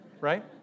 right